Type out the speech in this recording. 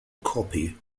copy